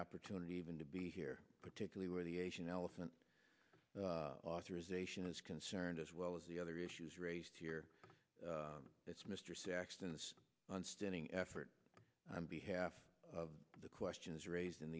opportunity even to be here particularly where the asian elephant authorization is concerned as well as the other issues raised here that's mr saxton on standing effort and behalf of the questions raised in